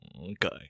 Okay